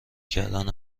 کردن